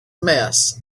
mess